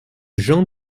jean